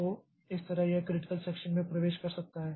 तो इस तरह यह क्रिटिकल सेक्षन में प्रवेश कर सकता है